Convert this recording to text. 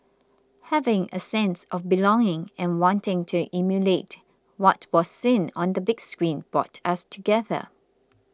having a sense of belonging and wanting to emulate what was seen on the big screen brought us together